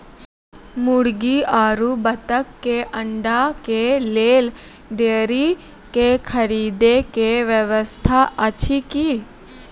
मुर्गी आरु बत्तक के अंडा के लेल डेयरी के खरीदे के व्यवस्था अछि कि?